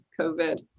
COVID